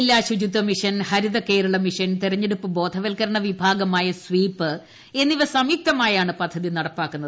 ജില്ലാ ശുചിത്വ mission Haritha Kerala mission തെരഞ്ഞെടുപ്പ് ബോധവത്കരണ വിഭാഗമായ സ്വീപ് എന്നിവ സംയുക്തമായാണ് പദ്ധതി നടപ്പാക്കുന്നത്